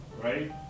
right